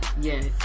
Yes